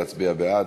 להצביע בעד,